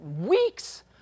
weeks